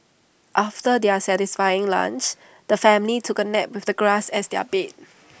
after their satisfying lunch the family took A nap with the grass as their bed